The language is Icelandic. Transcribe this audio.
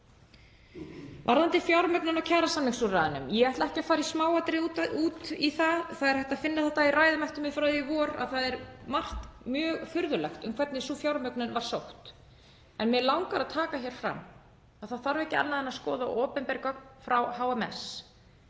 Varðandi fjármögnun á kjarasamningsúrræðunum þá ætla ég ekki að fara í smáatriðum út í það. Það er hægt að finna þetta í ræðum eftir mig frá því í vor, að það er margt mjög furðulegt við hvernig sú fjármögnun var sótt. En mig langar að taka fram, og það þarf ekki annað en að skoða opinber gögn frá HMS,